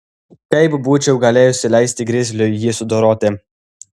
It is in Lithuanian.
kaip būčiau galėjusi leisti grizliui jį sudoroti